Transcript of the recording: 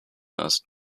ist